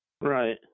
right